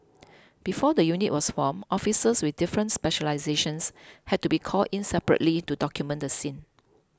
before the unit was formed officers with different specialisations had to be called in separately to document the scene